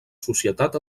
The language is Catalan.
societat